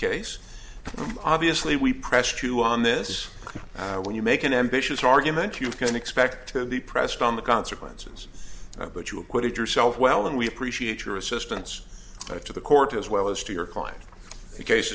case obviously we pressed you on this when you make an ambitious argument you can expect to be pressed on the consequences but you acquitted yourself well and we appreciate your assistance to the court as well as to your